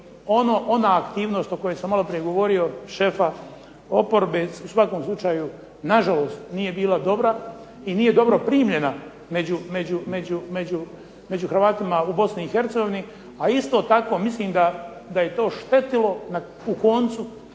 ona aktivnost o kojoj sam maloprije govorio šefa oporbe u svakom slučaju na žalost nije bila dobra i nije dobro primljena među Hrvatima u Bosni i Hercegovini, a isto tako mislim da je to štetilo u koncu,